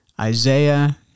Isaiah